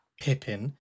Pippin